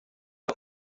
los